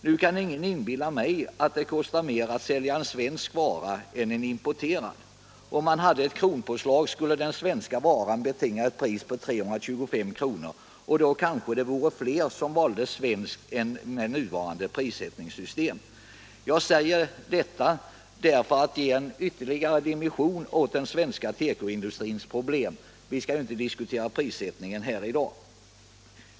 Nu kan ingen inbilla mig att det kostar mer att sälja en svensk vara än en importerad. Hade man ett kronpåslag skulle den svenska varan betinga ett pris på 325 kr., och då valde kanske fler den svenska varan än vid det nuvarande prissättningssystemet. Jag säger detta för att ge en ytterligare dimension åt den svenska tekoindustrins problem — vi skall ju inte diskutera prissättningen i dag.